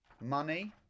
money